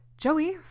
Joey